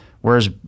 Whereas